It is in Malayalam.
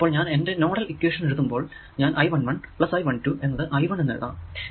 അപ്പോൾ ഞാൻ എന്റെ നോഡൽ ഇക്വേഷൻ എഴുതുമ്പോൾ ഞാൻ I1 1 പ്ലസ് I1 2 എന്നത് I1 എന്ന് എഴുതണം